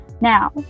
now